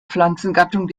pflanzengattung